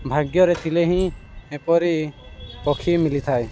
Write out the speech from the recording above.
ଭାଗ୍ୟରେ ଥିଲେ ହିଁ ଏପରି ପକ୍ଷୀ ମିଳିଥାଏ